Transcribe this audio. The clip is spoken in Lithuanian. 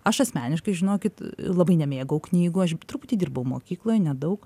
aš asmeniškai žinokit labai nemėgau knygų aš truputį dirbau mokykloj nedaug